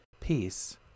peace